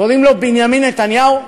קוראים לו בנימין נתניהו.